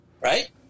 right